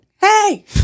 hey